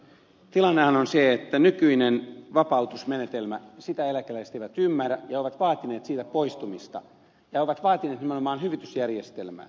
tilannehan on se että nykyistä vapautusmenetelmää eläkeläiset eivät ymmärrä ja ovat vaatineet siitä poistumista ja ovat vaatineet nimenomaan hyvitysjärjestelmää